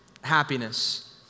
happiness